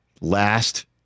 Last